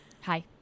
Hi